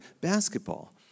basketball